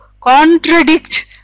contradict